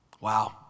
Wow